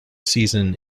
season